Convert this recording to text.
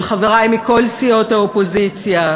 של חברי מכל סיעות האופוזיציה.